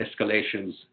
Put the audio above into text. escalations